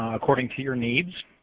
according to your needs.